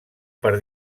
per